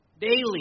daily